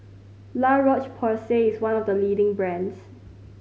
La Roche Porsay is one of the leading brands